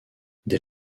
dès